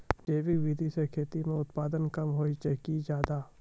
जैविक विधि से खेती म उत्पादन कम होय छै कि ज्यादा?